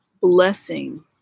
blessing